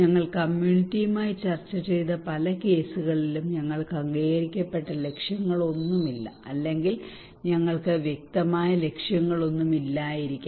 ഞങ്ങൾ കമ്മ്യൂണിറ്റിയുമായി ചർച്ച ചെയ്ത പല കേസുകളും ഞങ്ങൾക്ക് അംഗീകരിക്കപ്പെട്ട ലക്ഷ്യങ്ങളൊന്നുമില്ല അല്ലെങ്കിൽ ഞങ്ങൾക്ക് വ്യക്തമായ ലക്ഷ്യങ്ങളൊന്നും ഇല്ലായിരിക്കാം